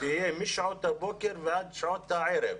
תהיה משעות הבוקר ועד שעות הערב,